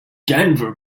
denver